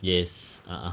yes a'ah